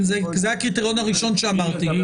זה הקריטריון הראשון שאמרתי.